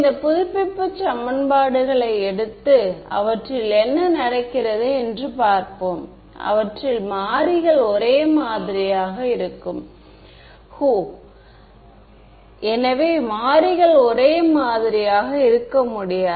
இது போன்று எங்காவது தோன்றுகிறதா